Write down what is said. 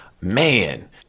man